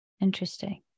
Interesting